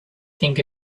think